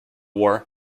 war